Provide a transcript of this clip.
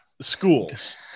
schools